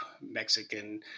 Mexican